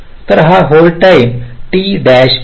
तर हा hold time t p hl आहे